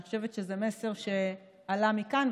אני חושבת שזה מסר שעלה מכאן,